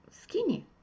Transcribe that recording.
skinny